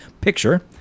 Picture